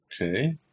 okay